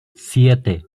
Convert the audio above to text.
siete